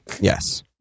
yes